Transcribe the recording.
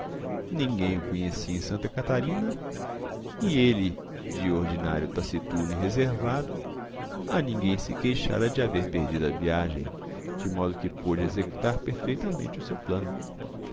ninguém o conhecia em santa catarina e ele de ordinário taciturno e reservado a ninguém se queixara de haver perdido a viagem de modo que pôde executar perfeitamente o seu plano